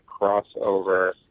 crossover